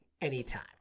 anytime